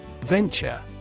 Venture